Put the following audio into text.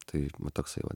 tai va toksai va